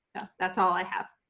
yeah, that's all i have.